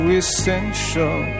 essential